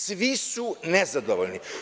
Svi su nezadovoljni.